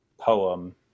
poem